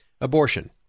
abortion